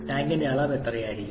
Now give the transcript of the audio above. ടാങ്കിന്റെ അളവ് എത്രയായിരിക്കും